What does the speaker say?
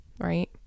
right